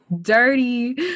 dirty